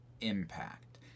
impact